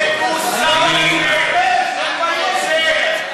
אתה זורה מלח, אין מושג כזה.